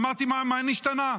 אמרתי: מה נשתנה?